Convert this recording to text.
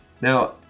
Now